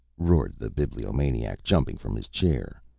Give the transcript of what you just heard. roared the bibliomaniac, jumping from his chair.